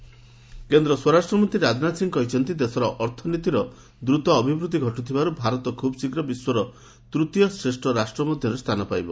Rajnath growth କେନ୍ଦ୍ର ସ୍ୱରାଷ୍ଟ୍ରମନ୍ତ୍ରୀ ରାଜନାଥ ସିଂ କହିଛନ୍ତି ଦେଶର ଅର୍ଥନୀତିର ଦ୍ରତ ଅଭିବୃଦ୍ଧି ଘଟୁଥିବାରୁ ଭାରତ ଖୁବ୍ଶୀଘ୍ର ବିଶ୍ୱର ତୂତୀୟ ଶ୍ରେଷ୍ଠ ରାଷ୍ଟ୍ର ମଧ୍ୟରେ ସ୍ଥାନ ପାଇବ